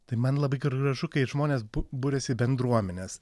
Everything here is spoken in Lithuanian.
tai man labai gražu kai žmonės bu buriasi į bendruomenes